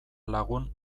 lagun